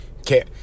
Okay